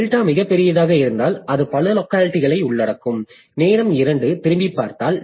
delta மிகப் பெரியதாக இருந்தால் அது பல லோக்காலிட்டிகளை உள்ளடக்கும் நேரம் 2 திரும்பிப் பார்த்தால்